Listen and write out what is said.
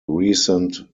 recent